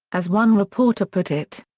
as one reporter put it.